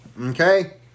Okay